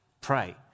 pray